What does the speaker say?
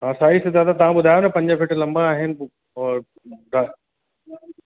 हा साइज़ त दादा तव्हां ॿुधायो न पंज फीट लंबा आहिनि पोइ द